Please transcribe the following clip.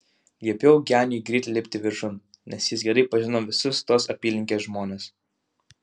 liepiau geniui greit lipti viršun nes jis gerai pažino visus tos apylinkės žmones